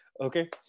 Okay